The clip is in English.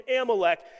Amalek